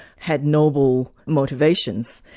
had noble motivations.